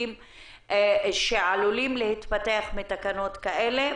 של בעיות שעלולות להתפתח מתקנות כאלה,